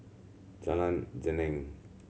Jalan Geneng